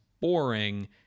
boring